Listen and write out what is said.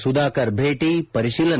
ಸುಧಾಕರ್ ಭೇಟಿ ಪರಿಶೀಲನೆ